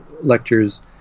lectures